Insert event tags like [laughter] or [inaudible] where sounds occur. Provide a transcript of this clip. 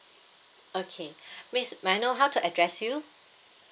okay [breath] miss may I know how to address you